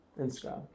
Instagram